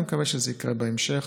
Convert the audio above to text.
ואני מקווה שזה יקרה בהמשך